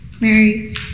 Mary